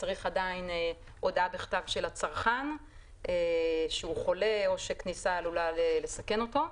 צריך עדיין הודעה בכתב של הצרכן שהוא חולה או שכניסה עלולה לסכן אותו.